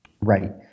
Right